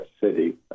city